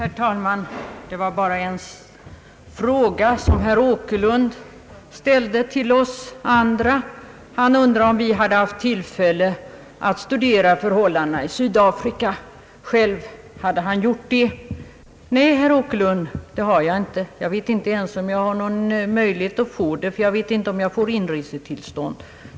Herr talman! Det gällde bara en fråga som herr Åkerlund ställde till oss andra. Han undrade om vi hade haft tillfälle att studera förhållandena i Sydafrika. Själv hade han gjort det. Nej, herr Åkerlund, det har jag inte. Jag vet inte ens om jag har någon möjlighet att få studera förhållandena där. Jag vet inte om jag får inresetillstånd.